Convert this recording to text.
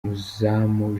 umuzamu